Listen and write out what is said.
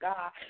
God